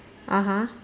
(uh huh)